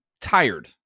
tired